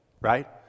right